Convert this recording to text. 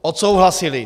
Odsouhlasili.